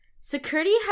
security